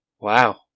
Wow